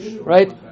right